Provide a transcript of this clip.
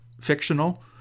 fictional